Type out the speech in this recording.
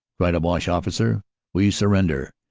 cried a boche officer we sur render.